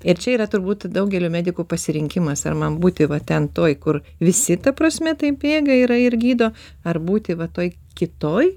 ir čia yra turbūt daugelio medikų pasirinkimas ar man būti va ten toj kur visi ta prasme taip bėga yra ir gydo ar būti va toj kitoj